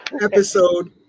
episode